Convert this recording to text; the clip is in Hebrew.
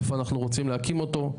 איפה אנחנו רוצים להקים אותו?